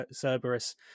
cerberus